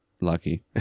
lucky